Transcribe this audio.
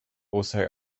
also